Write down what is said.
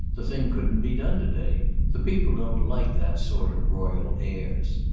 the thing couldn't be done to-day. the people don't like that sort of royal airs.